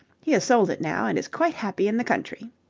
he has sold it now and is quite happy in the country.